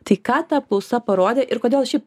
tai ką ta apklausa parodė ir kodėl ši